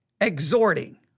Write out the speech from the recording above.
exhorting